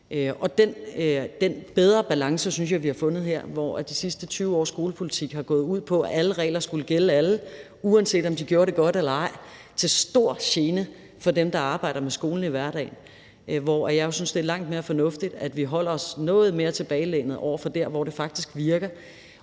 Den bedre balance synes jeg vi har fundet her, hvor de sidste 20 års skolepolitik har gået ud på, at alle regler skulle gælde alle, uanset om de gjorde det godt eller ej – og til stor gene for dem, der arbejder med skolen i hverdagen. Jeg synes jo, det er langt mere fornuftigt, at vi holder os noget mere tilbagelænet over for dem, hvor det faktisk virker,